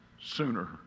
sooner